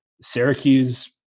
Syracuse –